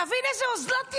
תבין איזו אוזלת יד,